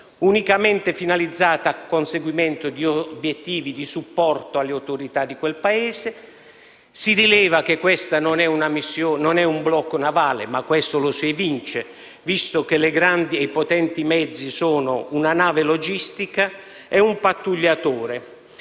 unicamente finalizzata al conseguimento di obiettivi di supporto alle autorità di quel Paese. Si rileva che non è un blocco navale, ma lo si evince, visto che i grandi e potenti mezzi sono una nave logistica e un pattugliatore,